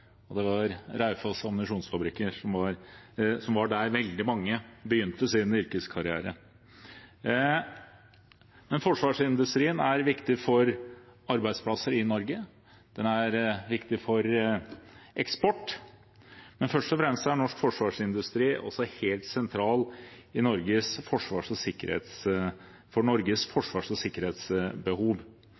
og det var på Raufoss Ammunisjonsfabrikker veldig mange begynte sin yrkeskarriere. Forsvarsindustrien er viktig for arbeidsplasser i Norge. Den er viktig for eksport, men først og fremst er norsk forsvarsindustri helt sentral for Norges forsvars- og sikkerhetsbehov. I denne meldingen viser man til trekantsamarbeidet med Forsvarets forskningsinstitutt, men også andre utdannings-, forsknings- og